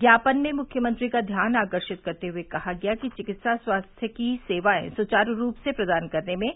ज्ञापन में मुख्यमंत्री का ध्यान आकर्षित करते हुए कहा गया कि विकित्सा स्वास्थ्य की सेवाए सुवारू रूप से प्रदान करने में